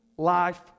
Life